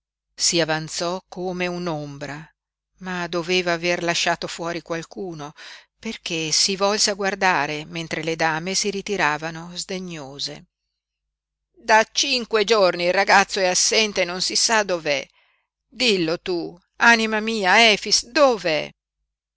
si avanzò come un'ombra ma doveva aver lasciato fuori qualcuno perché si volse a guardare mentre le dame si ritiravano sdegnose da cinque giorni il ragazzo è assente e non si sa dov'è dillo tu anima mia efix dov'è